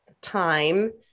time